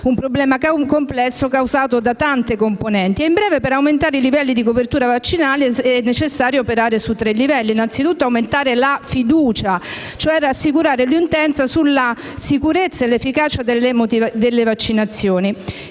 un problema complesso, causato da tante componenti. In breve, per aumentare i livelli di copertura vaccinale è necessario operare su tre livelli. Innanzitutto è necessario aumentare la fiducia, cioè rassicurare l'utenza sulla sicurezza e l'efficacia delle vaccinazioni.